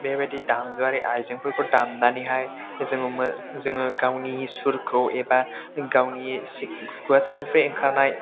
बेबायदि दामजुआरि आइजेंफोरखौ दामनानैहाय जोङो जोङो गावनि सुरखौ एबा गावनि खुगा सिंनिफ्राय ओंखारनाय